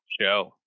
show